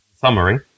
summary